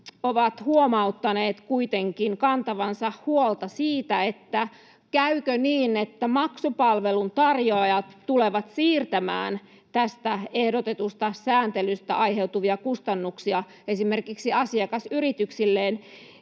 on huomauttanut kuitenkin kantavansa huolta siitä, käykö niin, että maksupalvelun tarjoajat tulevat siirtämään tästä ehdotetusta sääntelystä aiheutuvia kustannuksia esimerkiksi asiakasyrityksilleen,